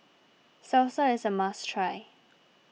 Salsa is a must try